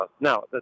Now